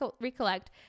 recollect